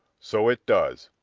so it does,